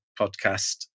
podcast